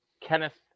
Kenneth